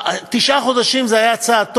תשעה חודשים זה היה צעד טוב,